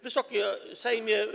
Wysoki Sejmie!